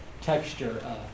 texture